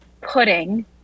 pudding